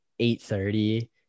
8.30